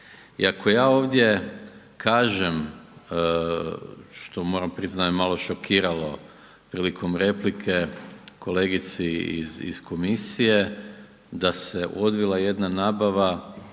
I ako ja ovdje kažem što moram priznati da me malo šokiralo prilikom replike kolegici iz komisije da se odvila jedna nabava